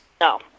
No